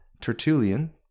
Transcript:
Tertullian